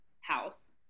house